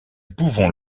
pouvons